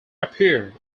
appeared